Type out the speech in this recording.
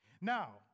Now